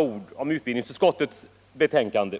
ord om utbildnings = m.m. utskottets betänkande.